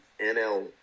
NL